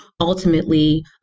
ultimately